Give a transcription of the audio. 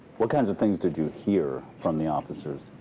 what kinds of things did you hear from the officers?